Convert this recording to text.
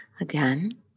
again